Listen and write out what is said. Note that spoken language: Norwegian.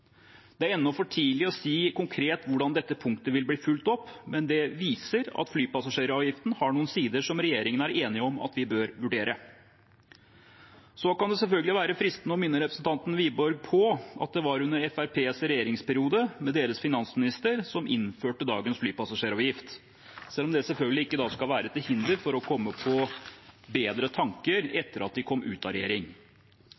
Det er ennå for tidlig å si konkret hvordan dette punktet vil bli fulgt opp, men det viser at flypassasjeravgiften har noen sider som regjeringen er enige om at vi bør vurdere. Så kan det selvfølgelig være fristende å minne representanten Wiborg på at det var under Fremskrittspartiets regjeringsperiode og deres finansminister at dagens flypassasjeravgift ble innført, selv om det selvfølgelig ikke skal være til hinder for å komme på bedre tanker